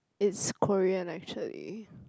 it's Korean actually